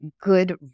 good